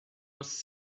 was